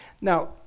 Now